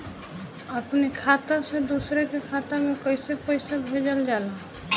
अपने खाता से दूसरे के खाता में कईसे पैसा भेजल जाला?